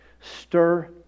Stir